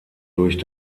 durch